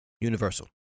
Universal